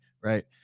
right